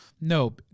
no